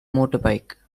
motorbike